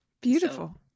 Beautiful